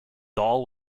dahl